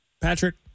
Patrick